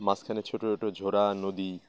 মাছখানে ছোটো ছোটো ঝোরা নদী